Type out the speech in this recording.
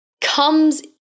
comes